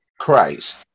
Christ